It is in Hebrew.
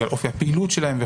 בגלל אופי הפעילות שלהם,